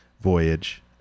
Voyage